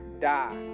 die